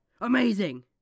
Amazing